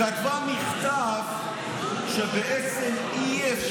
כתבה מכתב שאי-אפשר,